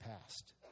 past